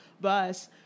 bus